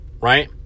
Right